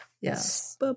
Yes